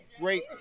great